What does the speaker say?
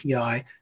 API